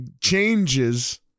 changes